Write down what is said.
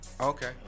Okay